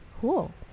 cool